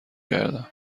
کردم